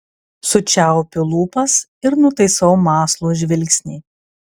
sučiaupiu lūpas ir nutaisau mąslų žvilgsnį